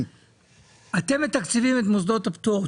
אתם מתקצבים את מוסדות הפטור,